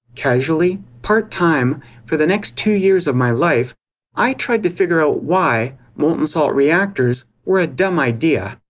casually, part-time, for the next two years of my life i tried to figure out why molten salt reactors were a dumb idea.